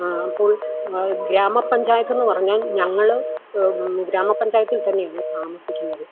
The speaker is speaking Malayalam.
അപ്പോൾ ഗ്രാമപഞ്ചായത്ത് എന്ന് പറഞ്ഞാൽ ഞങ്ങള് ഗ്രാമപഞ്ചായത്തിൽ തന്നെയാണ് താമസിക്കുന്നത്